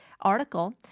article